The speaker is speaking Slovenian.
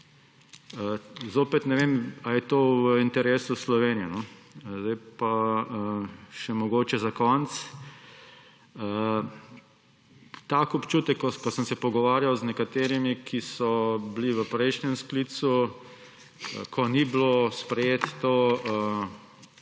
Zopet ne vem, ali je to v interesu Slovenije. Še za konec. Imam občutek, potem ko sem se pogovarjal z nekaterimi, ki so bili v prejšnjem sklicu, ko ni bila sprejeta